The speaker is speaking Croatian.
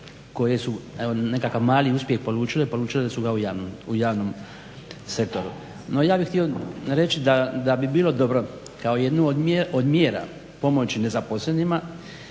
koje su evo nekakav mali uspjeh polučile, polučile su ga u javnom sektoru. No, ja bih htio reći da bi bilo dobro, kao jednu od mjera pomoći nezaposlenima